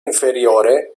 inferiore